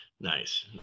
Nice